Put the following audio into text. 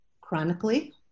chronically